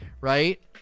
right